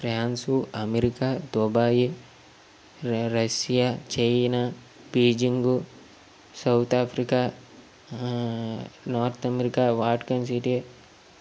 France America Dubai ర Russia China Beijing South Africa North America Vatican city